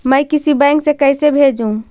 मैं किसी बैंक से कैसे भेजेऊ